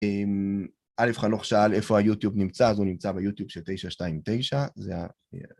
א' חנוך שאל איפה היוטיוב נמצא, זה נמצא ביוטיוב של 929, זה ה...